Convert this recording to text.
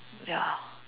ya